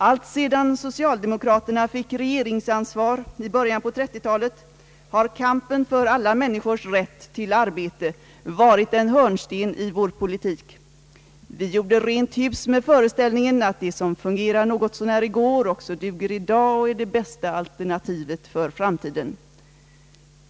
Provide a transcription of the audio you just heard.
Alltsedan socialdemokraterna fick regeringsansvar i början på 30-talet har kampen för alla människors rätt till arbete varit en hörnsten i vår politik. Vi gjorde rent hus med föreställningen att det som fungerade något så när i går också duger i dag, är det bästa alternativet för framtiden.